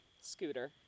scooter